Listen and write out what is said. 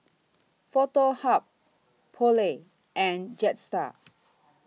Foto Hub Poulet and Jetstar